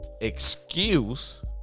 excuse